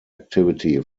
activity